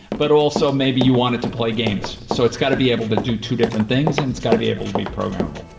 but also maybe you want it to play games, so it's got to be able to do two different things and it's got to be able to be programmable